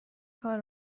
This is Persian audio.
کار